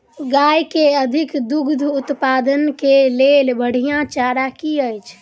गाय केँ अधिक दुग्ध उत्पादन केँ लेल बढ़िया चारा की अछि?